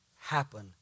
happen